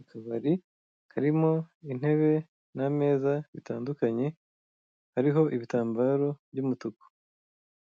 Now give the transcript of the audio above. Akabari karimo intebe n'ameza bitandukanye hariho ibitambaro by'umutuku,